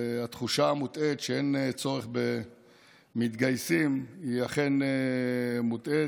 והתחושה המוטעית שאין צורך במתגייסים היא אכן מוטעית.